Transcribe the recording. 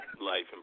life